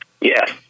Yes